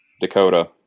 Dakota